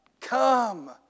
Come